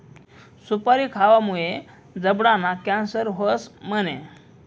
सुपारी खावामुये जबडाना कॅन्सर व्हस म्हणे?